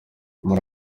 muri